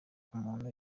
umuntu